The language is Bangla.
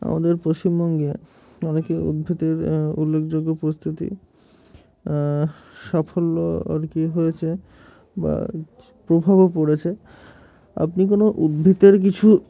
আমাদের পশ্চিমবঙ্গে অনেকই উদ্ভিদের উল্লেখযোগ্য প্রস্তুতি সাফল্য আর কি হয়েছে বা প্রভাবও পড়েছে আপনি কোনো উদ্ভিদের কিছু